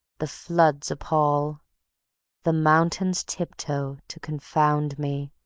the floods appall the mountains tiptoe to confound me,